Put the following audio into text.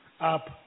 up